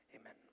amen